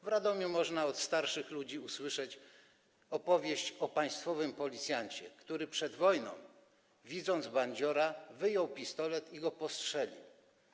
W Radomiu od starszych ludzi można usłyszeć opowieść o państwowym policjancie, który przed wojną, widząc bandziora, wyjął pistolet i go postrzelił.